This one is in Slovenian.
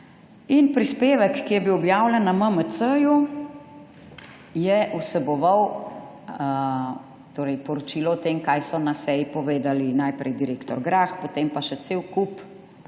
Prispevek, ki je bil objavljen na MMC, je vseboval poročilo o tem, kaj so na seji povedali najprej direktor Grah, potem pa še cel kup